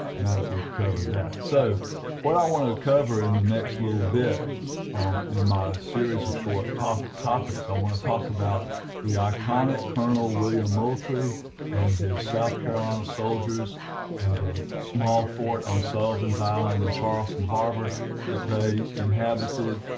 now that we've covered that so what i want to cover in the next little bit in my series of short ah topics i want to talk about the iconic colonel william moultrie and his south carolina soldiers and the small fort on sullivan's island in charleston harbor that they inhabited.